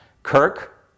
Kirk